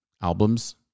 albums